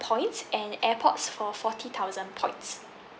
points and air pods for forty thousand points